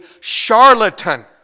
charlatan